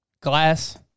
Glass